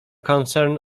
concern